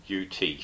UT